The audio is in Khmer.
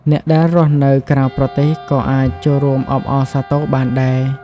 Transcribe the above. អ្នកដែលរស់នៅក្រៅប្រទេសក៏អាចចូលរួមអបអរសាទរបានដែរ។